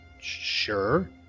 sure